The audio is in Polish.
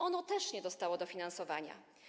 Ono też nie dostało dofinansowania.